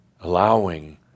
allowing